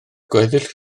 gweddill